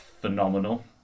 phenomenal